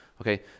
Okay